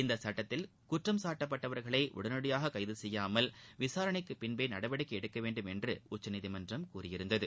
இந்த சட்டத்தில் குற்றம் சாட்டப்பட்டவர்களை உடனடியாக கைது செய்யாமல் விசாரணைக்கு பின்பே நடவடிக்கை எடுக்க வேண்டும் என்று உச்சநீதிமன்றம் கூறியிருந்தது